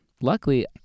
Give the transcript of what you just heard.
luckily